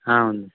ఉంది